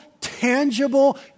tangible